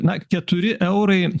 na keturi eurai